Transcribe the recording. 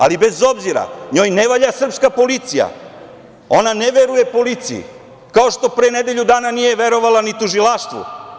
Ali, bez obzira, njoj ne valja srpska policija, ona ne veruje policiji, kao što pre nedelju dana nije verovala ni tužilaštvu.